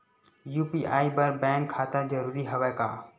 UPI बर bank खाता जरूरी हवय का?